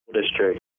District